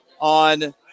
on